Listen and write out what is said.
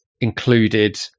included